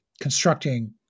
constructing